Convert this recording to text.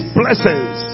blessings